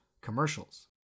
commercials